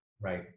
Right